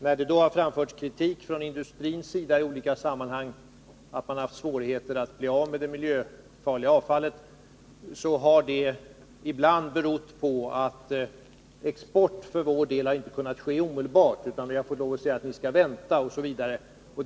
När det har framförts kritik från industrins sida i olika sammanhang, att man har haft svårigheter att bli av med det miljöfarliga avfallet, har det ibland berott på att export för vår del inte har kunnat ske omedelbart. Industrierna har fått lov att vänta.